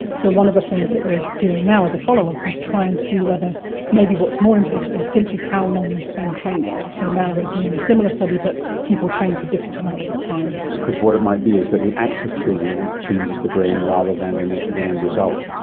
so one of the things that we're doing now as follow-up is try and see whether maybe what's more important is simply how long you spend training. so now we're doing a similar study but people train for different amounts of time. because what it might be is that the act of training changes the brain rather than than the end result.